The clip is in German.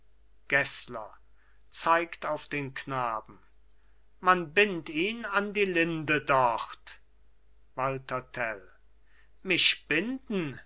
gessler zeigt auf den knaben man bind ihn an die linde dort walther tell mich binden